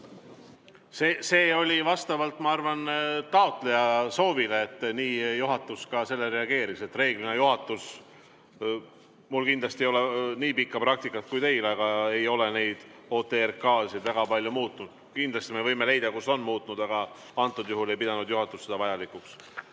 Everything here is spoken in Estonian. see oli vastavalt taotleja soovile ja nii juhatus ka sellele reageeris. Reeglina juhatus ... Mul kindlasti ei ole nii pikka praktikat kui teil, aga me ei ole neid OTRK-sid väga palju muutnud. Kindlasti me võime leida [olukordi], kus on muutnud, aga antud juhul ei pidanud juhatus seda vajalikuks.